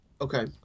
Okay